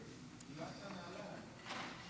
דילגת עליי.